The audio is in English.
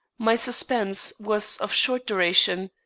my suspense was of short duration.